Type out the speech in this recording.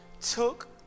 took